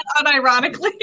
unironically